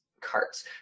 carts